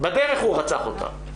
בדרך הוא רצח אותה.